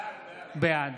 בעד